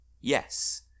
Yes